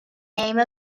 name